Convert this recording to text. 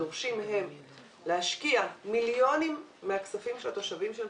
ודורשים מהם להשקיע מיליונים מהכספים של התושבים שלנו,